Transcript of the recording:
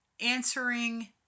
answering